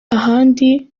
ahandi